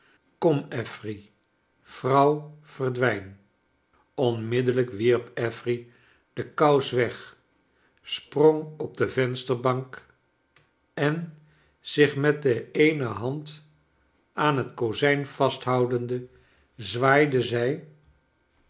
affery vrouw verdwijn onmiddellijk wierp affery de kous weg sprong op de vensterbank en zich met de eene hand aan het koi zijn vasthoudende zwaaide zij